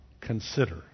Consider